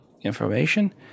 Information